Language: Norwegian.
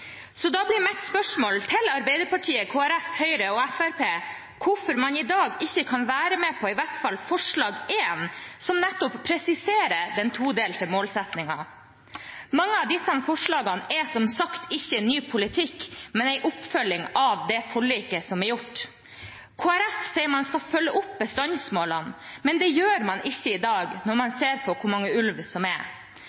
Så da blir mitt spørsmål til Arbeiderpartiet, Kristelig Folkeparti, Høyre og Fremskrittspartiet: Hvorfor kan man ikke i dag være med på i hvert fall forslag nr. 1, som nettopp presiserer den todelte målsettingen? Mange av disse forslagene er som sagt ikke ny politikk, men en oppfølging av det forliket som er inngått. Kristelig Folkeparti sier at man skal følge opp bestandsmålene, men det gjør man ikke i dag når man